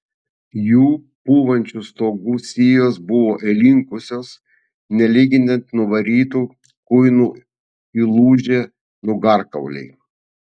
jų pūvančių stogų sijos buvo įlinkusios nelyginant nuvarytų kuinų įlūžę nugarkauliai